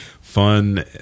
fun